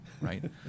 right